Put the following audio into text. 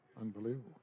Unbelievable